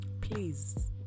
Please